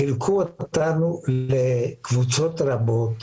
חילקו אותנו לקבוצות רבות,